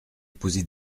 poser